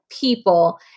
people